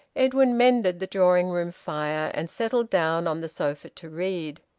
edwin mended the drawing-room fire, and settled down on the sofa to read.